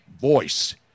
voice